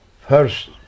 first